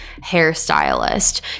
hairstylist